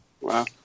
Wow